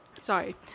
sorry